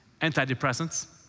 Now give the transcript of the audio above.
antidepressants